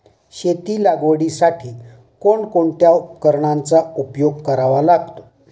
शेती लागवडीसाठी कोणकोणत्या उपकरणांचा उपयोग करावा लागतो?